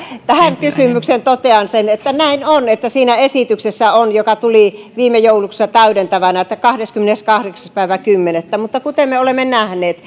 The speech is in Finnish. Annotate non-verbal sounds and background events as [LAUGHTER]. tähän kysymykseen totean sen että näin on että siinä esityksessä joka tuli viime joulukuussa täydentävänä on että kahdeskymmeneskahdeksas kymmenettä mutta kuten me olemme nähneet [UNINTELLIGIBLE]